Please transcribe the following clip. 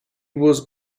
was